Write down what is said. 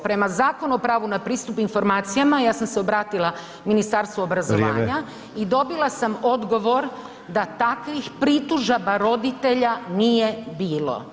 Prema Zakonu o pravu na pristup informacijama ja sam se obratila Ministarstvu obrazovanja [[Upadica: Vrijeme.]] i dobila sam odgovor da takvih pritužaba roditelja nije bilo.